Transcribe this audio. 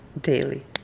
daily